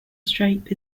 stripe